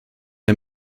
der